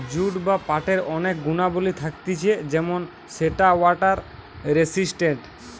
jute বা পাটের অনেক গুণাবলী থাকতিছে যেমন সেটা ওয়াটার রেসিস্টেন্ট